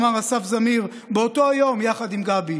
אמר אסף זמיר באותו יום יחד עם גבי,